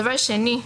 דבר שני.